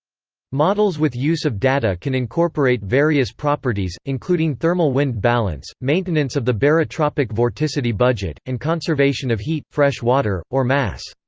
models with use of data can incorporate various properties, including thermal wind balance, maintenance of the barotropic vorticity budget, and conservation of heat, fresh water, or mass.